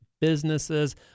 businesses